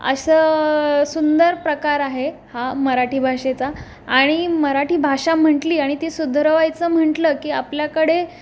असं सुंदर प्रकार आहे हा मराठी भाषेचा आणि मराठी भाषा म्हटली आणि ती सुधारायचं म्हटलं की आपल्याकडे